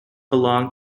belonged